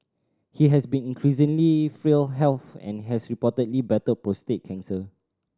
he has been increasingly frail health and has reportedly battled prostate cancer